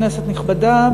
כנסת נכבדה,